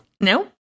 No